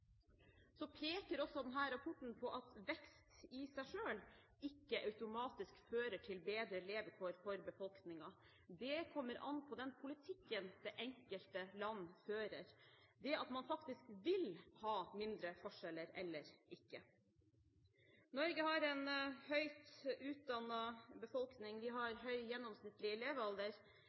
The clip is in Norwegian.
Så peker også denne rapporten på at vekst i seg selv ikke automatisk fører til bedre levekår for befolkningen. Det kommer an på den politikken det enkelte land fører, om man faktisk vil ha mindre forskjeller eller ikke. Norge har en høyt utdannet befolkning. Vi har høy gjennomsnittlig